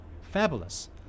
fabulous